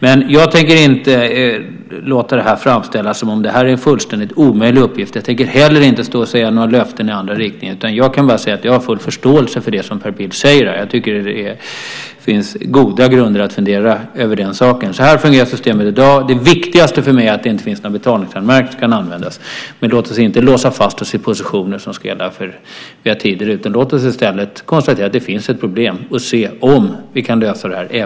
Men jag tänker inte låta det här framställas som att det vore en fullständigt omöjlig uppgift. Jag tänker inte heller stå och ge några löften i andra riktningen. Jag kan bara säga att jag har förståelse för det som Per Bill säger. Jag tycker att det finns goda grunder att fundera över den saken, men så här fungerar systemet i dag. Det viktigaste för mig är att det inte finns några betalningsanmärkningar som kan användas. Men låt oss inte låsa fast oss i positioner som ska gälla i alla tider. Låt oss i stället konstatera att det finns ett problem och se om vi kan lösa det.